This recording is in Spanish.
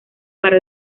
para